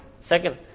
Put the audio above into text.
Second